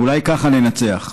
אולי ככה ננצח.